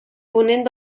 ponent